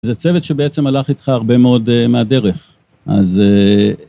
זה צוות שבעצם הלך איתך הרבה מאוד מהדרך, אז...